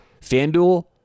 FanDuel